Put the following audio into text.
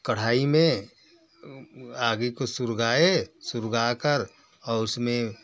कढ़ाई में आग को सुलगाए सुलगा कर और उस में